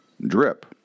drip